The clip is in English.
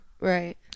Right